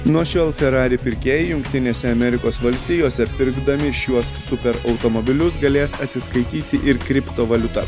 nuo šiol ferrari pirkėjai jungtinėse amerikos valstijose pirkdami šiuos super automobilius galės atsiskaityti ir kriptovaliuta